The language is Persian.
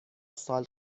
سال